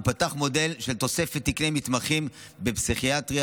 הוא פיתח מודל של תוספת תקני מתמחים בפסיכיאטריה